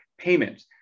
payment